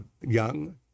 Young